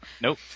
Nope